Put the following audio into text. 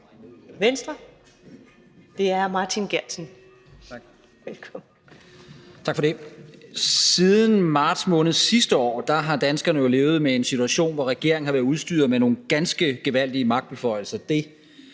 (Ordfører) Martin Geertsen (V): Tak for det. Siden marts måned sidste år har danskerne levet med en situation, hvor regeringen har været udstyret med nogle ganske gevaldige magtbeføjelser